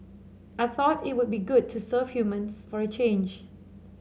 I thought it would be good to serve humans for a change